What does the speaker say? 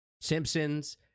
Simpsons